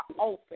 open